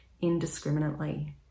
indiscriminately